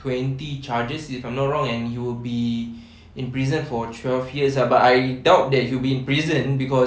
twenty charges if I'm not wrong and he would be in prison for twelve years ah but I doubt that he will be in prison cause